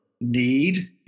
need